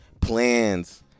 plans